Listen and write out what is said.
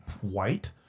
white